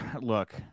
look